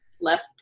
left